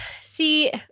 see